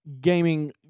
gaming